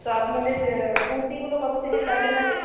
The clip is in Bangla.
তো আপনাদের কুর্তিগুলো কত থেকে স্টার্টিং আছে